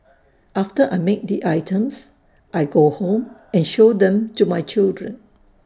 after I make the items I go home and show them to my children